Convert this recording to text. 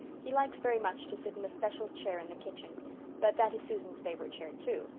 he likes very much to sit in a special chair in the kitchen but that is susan's favourite chair, too,